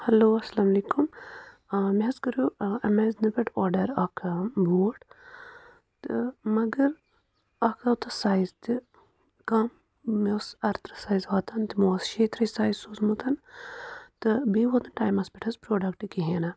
hello اَسَلامُ عَلیکُم آ مےٚ حظ کٔرِو ایمازان پؠٹھ آرڈر اَکھ بوٗٹھ تہٕ مَگر اَکھ آو تَتھ سایِٔز تہِ کَم مےٚ اوس اَرترٕٛہ سایِٔز واتان تِمو اوس شیٚترٕٛہَے سایِٔز سوٗزمُت تہٕ بیٚیہِ ووت نہٕ ٹایِٔمَس پؠٹھ پرٛوڈکٹ حظ کِہیٖنٛۍ نہٕ